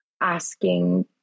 asking